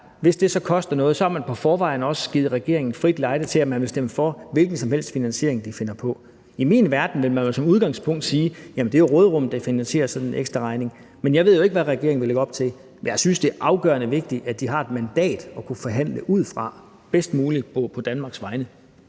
hvis det koster noget, har man i forvejen også givet regeringen frit lejde til, at man vil stemme for en hvilken som helst finansiering, den måtte finde på. I min verden vil man som udgangspunkt sige, at det er råderummet, der finansierer en sådan ekstra regning. Men jeg ved jo ikke, hvad regeringen vil lægge op til. Jeg synes, det er afgørende vigtigt, at regeringen har et mandat at kunne forhandle ud fra – bedst muligt og på Danmarks vegne.